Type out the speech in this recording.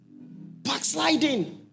Backsliding